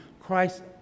Christ